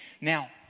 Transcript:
Now